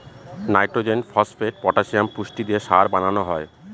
nitrogen, phosphate, potassium পুষ্টি দিয়ে সার বানানো হয়